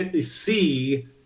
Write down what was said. see